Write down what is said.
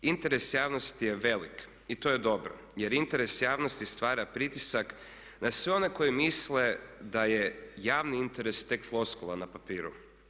Interes javnosti je velik i to je dobro jer interes javnosti stvara pritisak na sve one koji misle da je javni interes tek floskula na papiru.